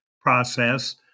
process